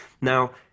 Now